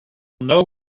know